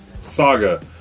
saga